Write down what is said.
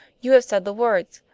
you have said the word.